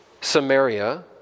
Samaria